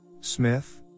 Smith